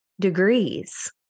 degrees